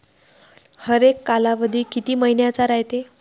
हरेक कालावधी किती मइन्याचा रायते?